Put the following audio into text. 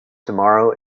tomorrow